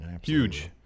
Huge